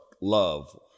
love